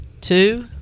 two